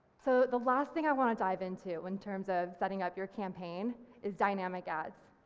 so the last thing i want to dive into in terms of setting up your campaign is dynamic ads.